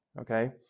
Okay